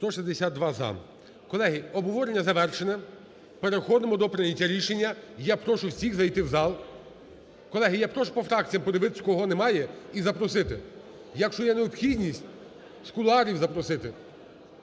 За-162 Колеги, обговорення завершене. Переходимо до прийняття рішення. Я прошу всіх зайти в зал. Колеги, я прошу по фракціях подивитись, кого немає і запросити. Якщо необхідність, з кулуарів запросити.